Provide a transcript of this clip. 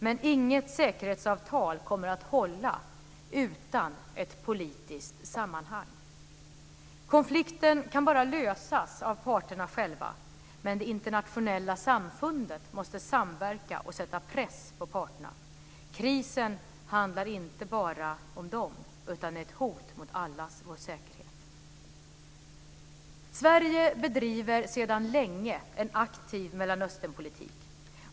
Men inget säkerhetsavtal kommer att hålla utan ett politiskt sammanhang. Konflikten kan bara lösas av parterna själva, men det internationella samfundet måste samverka och sätta press på parterna. Krisen handlar inte bara om dem utan är ett hot mot allas vår säkerhet. Sverige bedriver sedan länge en aktiv Mellanösternpolitik.